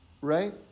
right